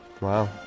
Wow